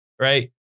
right